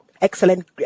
excellent